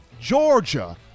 Georgia